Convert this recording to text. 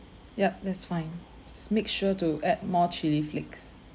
yup that's fine just make sure to add more chilli flakes